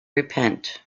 repent